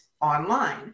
online